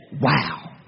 Wow